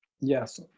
Yes